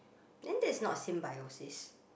then that's not symbiosis